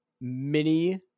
mini